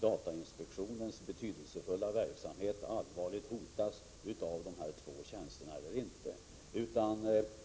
datainspektionens betydelsefulla verksamhet inte allvarligt hotas om inte dessa två tjänster inrättas.